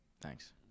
Thanks